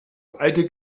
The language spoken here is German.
alte